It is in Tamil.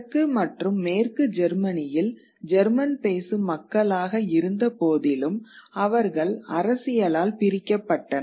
கிழக்கு மற்றும் மேற்கு ஜெர்மனியில் ஜெர்மன் பேசும் மக்களாக இருந்தபோதிலும் அவர்கள் அரசியலால் பிரிக்கப்பட்டனர்